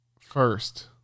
first